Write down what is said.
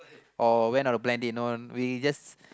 or went on the plan deep no we just